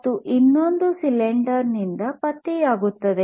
ಮತ್ತು ಇನ್ನೊಂದು ಸಿಲಿಂಡರ್ ನಿಂದ ಪತ್ತೆಯಾಗುತ್ತದೆ